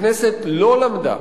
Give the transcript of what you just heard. הכנסת לא למדה